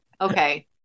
Okay